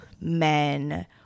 men